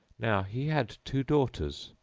now he had two daughters,